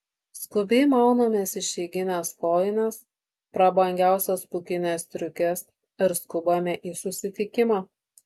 skubiai maunamės išeigines kojines prabangiausias pūkines striukes ir skubame į susitikimą